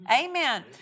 Amen